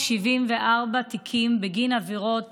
22,974 תיקים בגין עבירות